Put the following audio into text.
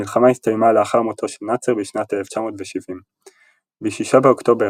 המלחמה הסתיימה לאחר מותו של נאצר בשנת 1970. ב-6 באוקטובר